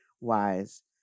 wise